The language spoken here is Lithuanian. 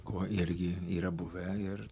kuo irgi yra buvę ir